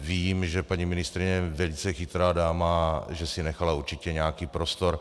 Vím, že paní ministryně je velice chytrá dáma a že si nechala určitě nějaký prostor.